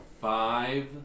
five